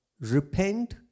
repent